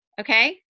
okay